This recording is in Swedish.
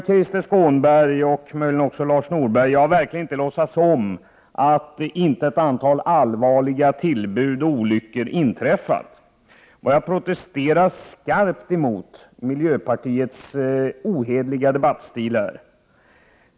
Krister Skånberg och Lars Norberg, jag har verkligen inte låtsats om att ett antal olyckor och allvarliga tillbud inte har inträffat. Jag protesterar skarpt emot miljöpartiets ohederliga debattstil.